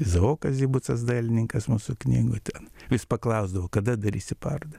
izaokas zibucas dailininkas mūsų knygų ten vis paklausdavo kada darysi parodą